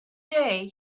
day